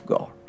God